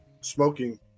smoking